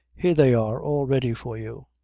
here they are all ready for you.